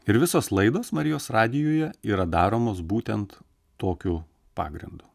ir visos laidos marijos radijuje yra daromos būtent tokiu pagrindu